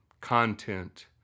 content